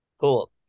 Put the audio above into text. cool